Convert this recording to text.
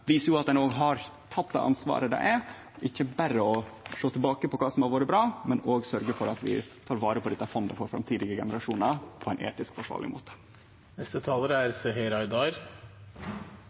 at ein òg har teke det ansvaret det er, ikkje berre å sjå tilbake på kva som har vore bra, men òg sørgje for at vi tek vare på dette fondet for framtidige generasjonar på ein etisk forsvarleg måte.